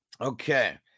Okay